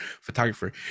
photographer